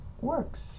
works